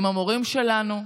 הם המורים שלנו,